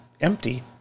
empty